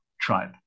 tribe